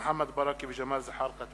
מוחמד ברכה וג'מאל זחאלקה.